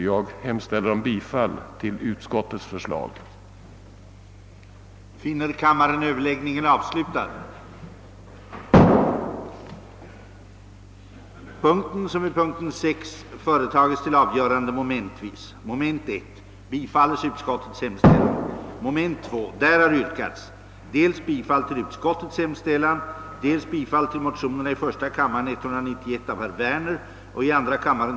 Jag hemställer om bifall till utskottets hemställan.